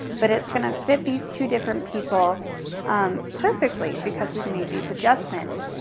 but it's gonna fit these two different people um perfectly because we've made these adjustments.